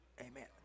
Amen